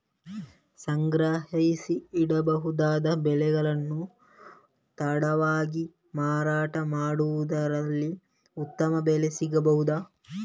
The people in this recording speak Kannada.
ಸಂಗ್ರಹಿಸಿಡಬಹುದಾದ ಬೆಳೆಗಳನ್ನು ತಡವಾಗಿ ಮಾರಾಟ ಮಾಡುವುದಾದಲ್ಲಿ ಉತ್ತಮ ಬೆಲೆ ಸಿಗಬಹುದಾ?